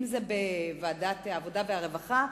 אם בוועדת העבודה והרווחה,